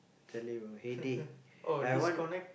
then you will headache like one